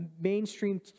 mainstream